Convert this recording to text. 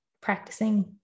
practicing